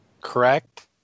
Correct